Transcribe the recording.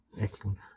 Excellent